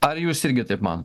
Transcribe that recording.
ar jūs irgi taip manot